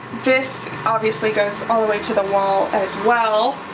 this obviously goes all the way to the wall as well.